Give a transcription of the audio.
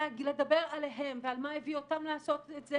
ולדבר עליהם ועל מה הביא אותם לעשות את זה